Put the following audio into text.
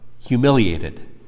humiliated